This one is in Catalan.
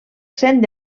cent